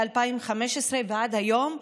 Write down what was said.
מ-2015 ועד היום,